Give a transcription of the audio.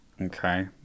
Okay